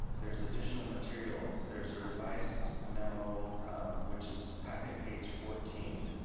there's additional materials. there's a revised memo which is packet page fourteen,